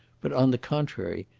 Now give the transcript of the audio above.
but, on the contrary,